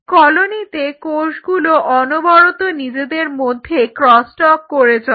কলোনিতে কোষগুলো অনবরত নিজেদের মধ্যে ক্রসটক করে চলে